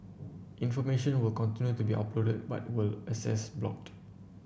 information will continue to be uploaded but with access blocked